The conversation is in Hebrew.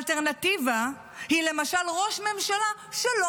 האלטרנטיבה היא למשל ראש ממשלה שלא